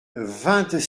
vingt